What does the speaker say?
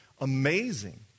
Amazing